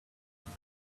have